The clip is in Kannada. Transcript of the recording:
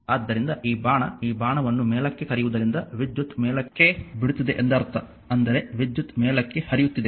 ಆದ್ದರಿಂದ ಈ ಬಾಣ ಈ ಬಾಣವನ್ನು ಮೇಲಕ್ಕೆ ಕರೆಯುವುದರಿಂದ ವಿದ್ಯುತ್ ಮೇಲಕ್ಕೆ ಬಿಡುತ್ತಿದೆ ಎಂದರ್ಥ ಅಂದರೆ ವಿದ್ಯುತ್ ಮೇಲಕ್ಕೆ ಹರಿಯುತ್ತಿದೆ